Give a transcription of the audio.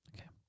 Okay